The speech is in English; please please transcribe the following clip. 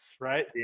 right